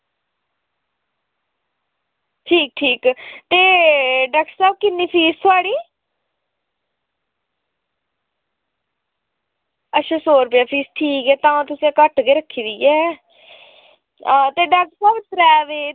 ठीक ठीक ते डाक्टर साह्ब किन्नी फीस थुआढ़ी अच्छा सौ रपेआ फीस ठीक ऐ तां तुसें घट्ट गै रक्खी दी ऐ हां ते डाक्टर साह्ब त्रै बजे